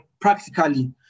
practically